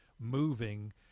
moving